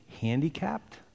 handicapped